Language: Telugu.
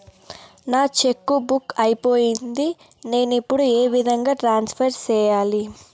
నా చెక్కు బుక్ అయిపోయింది నేను ఇప్పుడు ఏ విధంగా ట్రాన్స్ఫర్ సేయాలి?